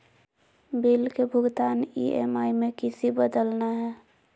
Bill के भुगतान EMI में किसी बदलना है?